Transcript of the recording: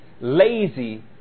lazy